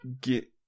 Get